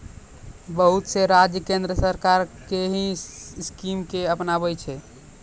बहुत से राज्य केन्द्र सरकार के ही स्कीम के अपनाबै छै